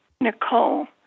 Nicole